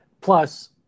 Plus